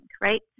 right